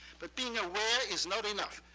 but being aware is not enough.